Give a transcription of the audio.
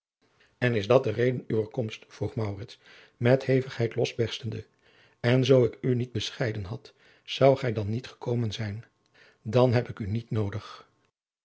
en is dat de reden uwer komst vroeg maurits met hevigheid losberstende en zoo ik u niet bescheiden had zoudt gij dan niet gekomen zijn dan heb ik u niet noodig